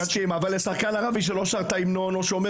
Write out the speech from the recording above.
אבל לשחקן ערבי שלא שר את ההימנון או שאומר